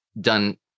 done